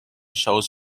shows